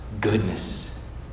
goodness